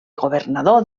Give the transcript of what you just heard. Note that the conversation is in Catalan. governador